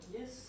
Yes